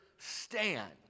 stand